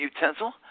utensil